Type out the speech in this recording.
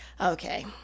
okay